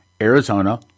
Arizona